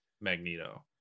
Magneto